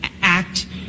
Act